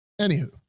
Anywho